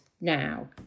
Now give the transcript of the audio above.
now